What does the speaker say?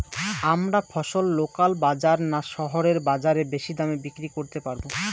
আমরা ফসল লোকাল বাজার না শহরের বাজারে বেশি দামে বিক্রি করতে পারবো?